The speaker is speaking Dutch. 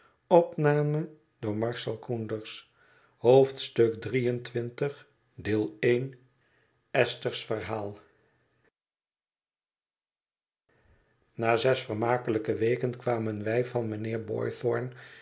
verhaal na zes vermakelijke weken kwamen wij van mijnheer